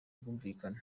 bwumvikane